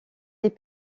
est